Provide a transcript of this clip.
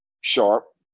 Sharp